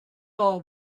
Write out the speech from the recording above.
are